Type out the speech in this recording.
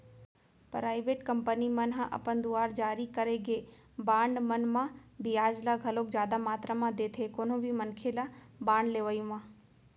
private company मन ह अपन दुवार जारी करे गे बांड मन म बियाज ल घलोक जादा मातरा म देथे कोनो भी मनखे ल बांड लेवई म